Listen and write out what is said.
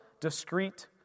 discreet